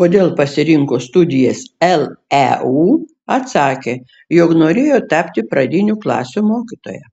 kodėl pasirinko studijas leu atsakė jog norėjo tapti pradinių klasių mokytoja